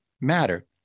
matter